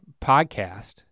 podcast